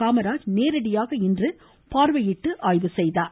காமராஜ் நேரடியாக பார்வையிட்டு ஆய்வு செய்தார்